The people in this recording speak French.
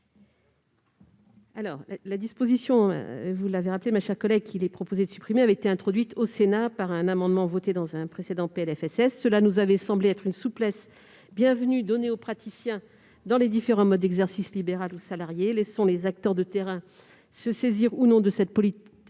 la commission ? Comme vous l'avez rappelé, ma chère collègue, la disposition qu'il est proposé de supprimer avait été introduite au Sénat par un amendement voté dans un précédent PLFSS. Elle nous était apparue comme une souplesse bienvenue, apportée aux praticiens dans les différents modes d'exercice libéral ou salarié. Laissons les acteurs de terrain se saisir, ou non, de cette possibilité